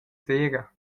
sera